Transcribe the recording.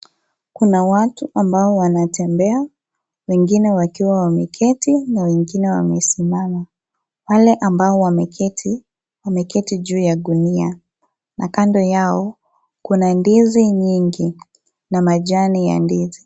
Kuna watu ambao wanatembea, wengine wakiwa wameketi na wengine wamesimama. Pale ambao wameketi wameketi juu ya gunia. Na kando yao kuna ndizi nyingi na majani ya ndizi.